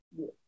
Yes